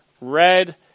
Red